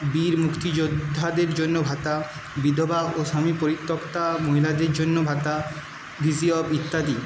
বীর মুক্তিযোদ্ধাদের জন্য ভাতা বিধবা ও স্বামীপরিত্যক্তা মহিলাদের জন্য ভাতা ভিসিঅব ইত্যাদি